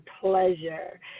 pleasure